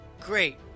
great